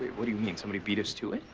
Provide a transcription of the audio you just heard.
what do you mean, somebody beat us to it?